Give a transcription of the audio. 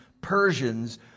Persians